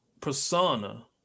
persona